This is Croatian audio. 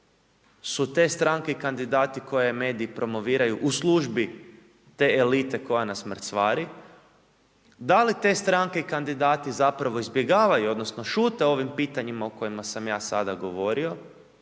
su te stranke i kandidati koje mediji promoviraju u službi te elite koja nas mrcvari, da li te stranke kandidati zapravo izbjegavaju odnosno šute o ovim pitanjima o kojima sam ja sada govorio